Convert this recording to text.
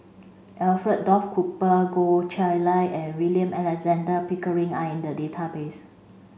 Alfred Duff Cooper Goh Chiew Lye and William Alexander Pickering are in the database